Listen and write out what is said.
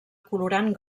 colorant